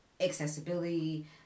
accessibility